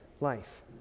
life